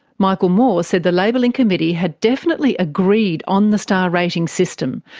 michael moore said the labelling committee had definitely agreed on the star rating system,